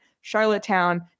Charlottetown